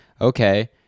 okay